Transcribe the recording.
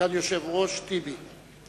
סגן היושב-ראש, טיבי.